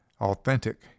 authentic